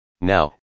Now